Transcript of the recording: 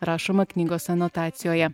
rašoma knygos anotacijoje